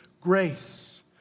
grace